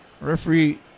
referee